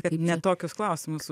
kad ne tokius klausimus